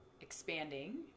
expanding